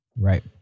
Right